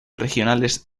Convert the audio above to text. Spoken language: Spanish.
regionales